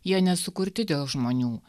jie nesukurti dėl žmonių